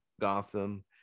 Gotham